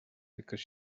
because